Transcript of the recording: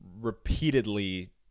repeatedly